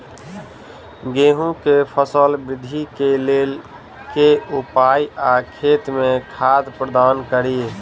गेंहूँ केँ फसल वृद्धि केँ लेल केँ उपाय आ खेत मे खाद प्रदान कड़ी?